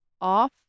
Off